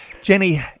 Jenny